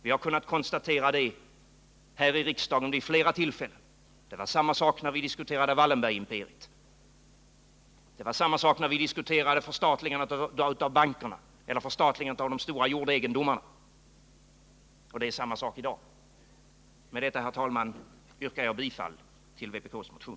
Vi har vid flera tillfällen kunnat konstatera detta här i riksdagen. Det var samma sak när vi diskuterade Wallenbergsimperiet, när vi diskuterade förstatligandet av bankerna och de stora jordegendomarna — och det är samma sak i dag. Med detta, herr talman, yrkar jag bifall till vpk:s motion.